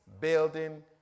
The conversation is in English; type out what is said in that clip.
Building